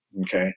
okay